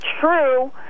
true